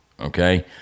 Okay